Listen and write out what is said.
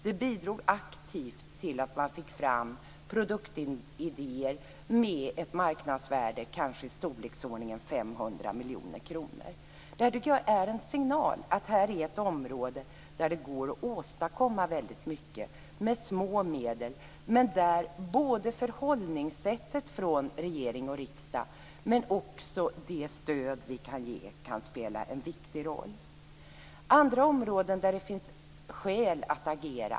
Det bidrog aktivt till att man fick fram produktidéer med ett marknadsvärde på kanske 500 miljoner kronor. Det är en signal om att detta är ett område där det går att åstadkomma väldigt mycket med små medel. Men regeringens och riksdagens förhållningssätt kan spela en viktig roll, liksom även det stöd vi kan ge. Det finns andra områden där det finns skäl att agera.